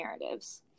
narratives